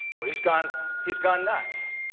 or he's gone he's gone nuts.